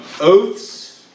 oaths